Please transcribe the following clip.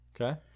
Okay